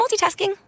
multitasking